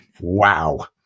Wow